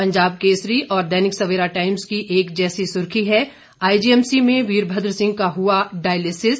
पंजाब केसरी और दैनिक सवेरा टाईम्स की एक जैसी सुर्खी है आईजीएमसी में वीरभद्र सिंह का हुआ डायलिसिस